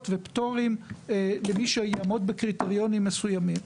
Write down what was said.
ופטורים למי שיעמוד בקריטריונים מסוימים.